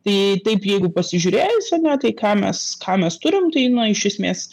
tai taip jeigu pasižiūrėjus ane tai ką mes ką mes turim tai na iš esmės